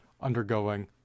undergoing